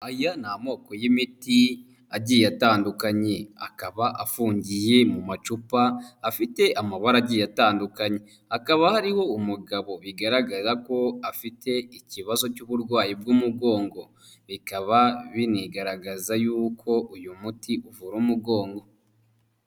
Aya ni amoko y'imiti agiye atandukanye akaba afungiye mu macupa afite amabara agiye atandukanye, hakaba hariho umugabo bigaragara ko afite ikibazo cy'uburwayi bw'umugongo, bikaba binigaragaza yuko uyu muti uvura umugongo.